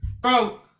Bro